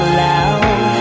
loud